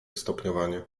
stopniowanie